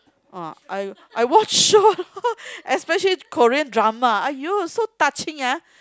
uh I I watch show especially Korean drama !aiyo! so touching ah